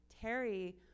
Terry